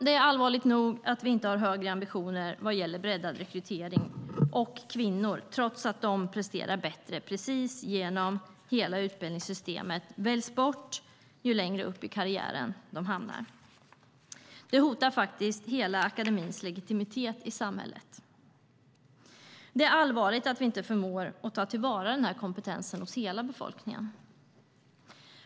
Det är allvarligt nog att vi inte har högre ambitioner vad gäller breddad rekrytering och att kvinnor, trots att de presterar bättre genom precis hela utbildningssystemet, väljs bort ju längre upp i karriären de hamnar. Det hotar faktiskt hela akademins legitimitet i samhället. Det är allvarligt att vi inte förmår ta till vara kompetensen hos hela befolkningen.